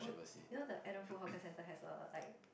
you know the Adam food hawker centre has a like